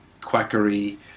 quackery